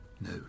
No